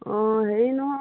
অঁ হেৰি নহয়